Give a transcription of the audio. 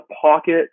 pocket